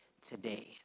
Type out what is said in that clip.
today